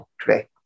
today